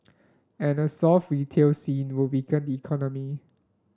and a soft retail scene will weaken the economy